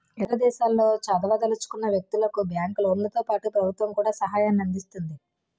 ఇతర దేశాల్లో చదవదలుచుకున్న వ్యక్తులకు బ్యాంకు లోన్లతో పాటుగా ప్రభుత్వం కూడా సహాయాన్ని అందిస్తుంది